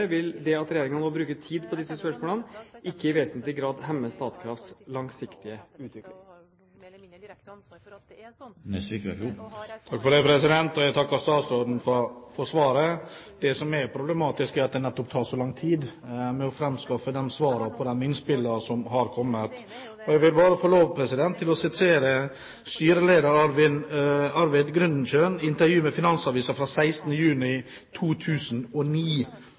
vil det at Regjeringen nå bruker tid på disse spørsmålene, ikke i vesentlig grad hemme Statkrafts langsiktige utvikling. Jeg takker statsråden for svaret. Det som er problematisk, er at det tar så lang tid å framskaffe svar på de innspillene som har kommet. Jeg vil bare få lov til å sitere styreleder Arvid Grundekjøn i intervju med Finansavisen 16. juni 2009: